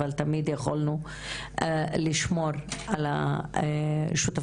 אבל תמיד יכולנו לשמור על השותפות.